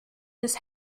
this